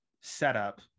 setup